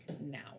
now